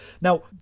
Now